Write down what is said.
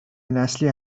نسلی